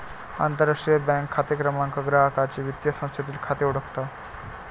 आंतरराष्ट्रीय बँक खाते क्रमांक ग्राहकाचे वित्तीय संस्थेतील खाते ओळखतो